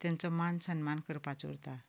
तांचो मान सन्मान करपाचो उरतां